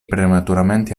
prematuramente